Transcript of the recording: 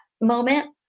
moment